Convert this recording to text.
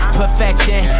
perfection